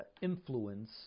influence